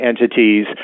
entities